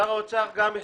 שר האוצר גם הכריז.